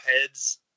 heads